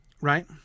right